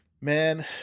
Man